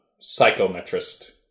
psychometrist